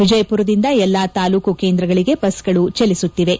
ವಿಜಯಪುರದಿಂದ ಎಲ್ಲಾ ತಾಲ್ಲೂಕು ಕೇಂದ್ರಗಳಿಗೆ ಬಸ್ಗಳು ಚಲಿಸುತ್ತಿವೆ